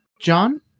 John